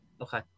Okay